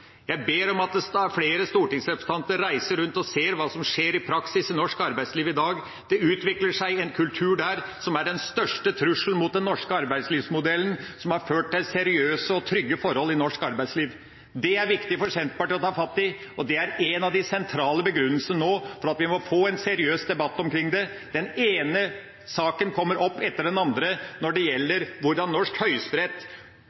Jeg ber om at flere stortingsrepresentanter reiser rundt og ser hva som skjer i praksis i norsk arbeidsliv i dag. Det utvikler seg en kultur der som er den største trussel mot den norske arbeidslivsmodellen som har ført til seriøse og trygge forhold i norsk arbeidsliv. Det er det viktig for Senterpartiet å ta fatt i, og det er nå en av de sentrale begrunnelsene for at vi må få en seriøs debatt om dette. Den ene saken kommer opp etter den andre